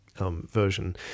version